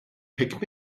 pick